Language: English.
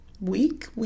Week